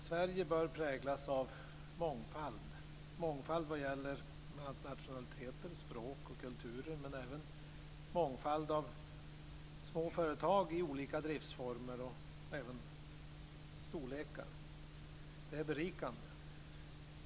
Sverige bör präglas av mångfald - mångfald vad gäller nationaliteter, språk och kulturer, men även en mångfald av små företag i olika driftsformer och storlekar. Det är berikande.